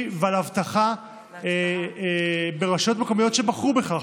ועל האבטחה ברשויות מקומיות שבחרו בכך.